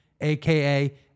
aka